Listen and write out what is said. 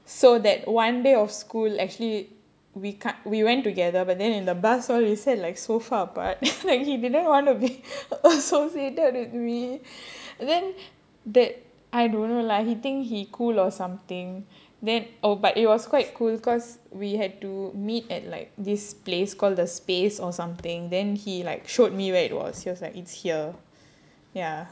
so that one day of school actually we cut we went together but then in the bus all we sat like so far apart like he didn't wanna be associated with me then that I don't know lah he think he cool or something then oh but it was quite cool because we had to meet at like this place called the space or something then he like showed me where it was he was like it's here ya